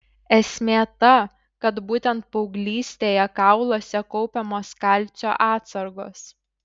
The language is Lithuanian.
esmė ta kad būtent paauglystėje kauluose kaupiamos kalcio atsargos